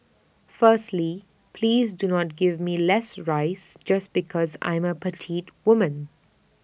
firstly please do not give me less rice just because I am A petite woman